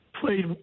played